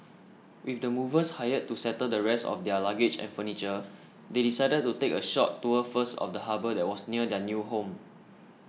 with the movers hired to settle the rest of their luggage and furniture they decided to take a short tour first of the harbour that was near their new home